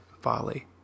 folly